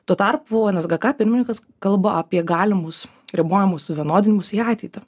tuo tarpu en es g ka pirmininkas kalba apie galimus ribojimų suvienodinimus į ateitį